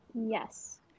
Yes